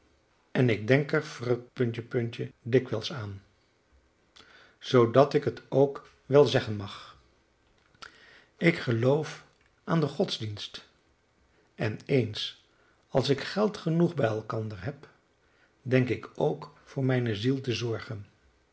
zeggen en ik denk er ver d dikwijls aan zoodat ik het ook wel zeggen mag ik geloof aan den godsdienst en eens als ik geld genoeg bij elkander heb denk ik ook voor mijne ziel te zorgen